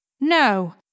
No